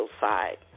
side